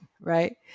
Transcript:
right